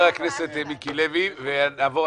החלוקה עדיין קיימת ועומדת בעינה,